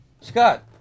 Scott